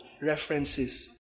references